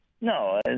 No